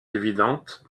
évidentes